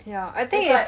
yeah I think it's